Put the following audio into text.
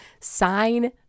sign